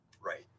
Right